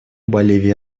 боливия